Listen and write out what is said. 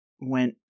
went